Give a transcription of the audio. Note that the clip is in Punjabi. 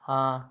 ਹਾਂ